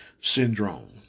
syndrome